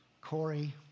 Corey